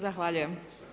Zahvaljujem.